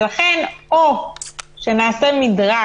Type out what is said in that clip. ולכן, או שנעשה מדרג